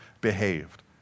behaved